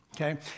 okay